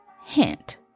Hint